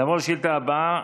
נעבור לשאילתה הבאה,